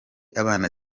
abana